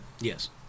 yes